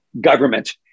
government